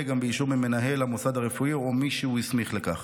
גם באישור ממנהל המוסד הרפואי או מי שהוא הסמיך לכך,